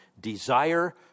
desire